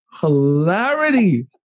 hilarity